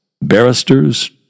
Barristers